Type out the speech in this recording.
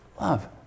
love